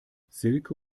silke